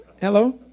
Hello